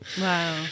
Wow